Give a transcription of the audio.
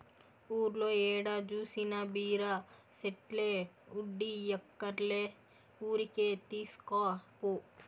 ఊర్లో ఏడ జూసినా బీర సెట్లే దుడ్డియ్యక్కర్లే ఊరికే తీస్కపో